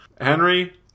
Henry